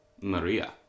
Maria